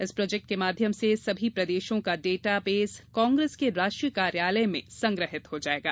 इस प्रोजेक्ट के माध्यम से सभी प्रदेशों का डाटा बेस कांग्रेस के राष्ट्रीय कार्यालय में संग्रहित हो जाएगा